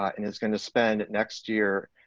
and is gonna spend next year,